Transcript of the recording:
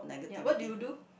ya what do you do